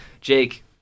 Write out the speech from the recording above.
Jake